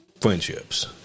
Friendships